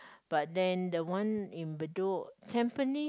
but then the one in Bedok Tampines